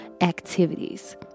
activities